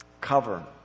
cover